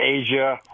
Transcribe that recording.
Asia